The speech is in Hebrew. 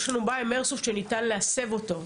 יש לנו בעיה עם איירסופט שניתן להסב אותו,